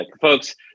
Folks